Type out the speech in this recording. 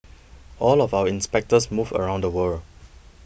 all of our inspectors move around the world